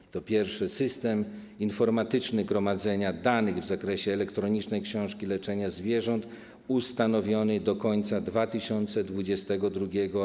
Po pierwsze, system informatyczny gromadzenia danych w zakresie elektronicznej książki leczenia zwierząt - ustanowiony do końca 2022 r.